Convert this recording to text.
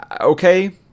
okay